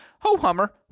ho-hummer